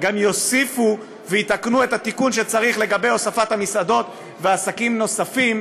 גם יוסיפו ויתקנו את התיקון שצריך לגבי הוספת המסעדות ועסקים נוספים,